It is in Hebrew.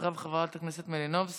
אחריו חברת הכנסת מלינובסקי,